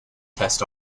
test